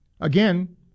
again